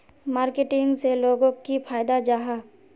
Marketing से लोगोक की फायदा जाहा?